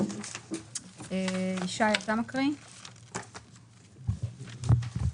אפשר לחזור לעמוד 5,